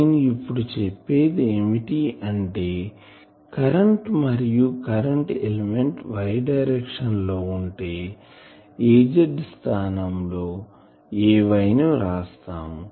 నేను ఇప్పుడు చెప్పేది ఏమిటి అంటే కరెంటు మరియు కరెంటు ఎలిమెంట్ Y డైరెక్షన్ లో ఉంటే Az స్థానము లో Ay ని వ్రాస్తాము